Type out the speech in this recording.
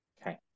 Okay